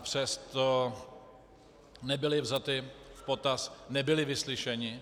Přesto nebyly vzaty v potaz, nebyli vyslyšeni.